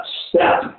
step